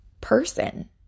person